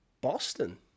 Boston